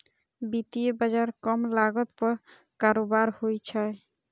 वित्तीय बाजार कम लागत पर कारोबार होइ छै